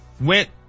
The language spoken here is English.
went